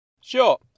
Sure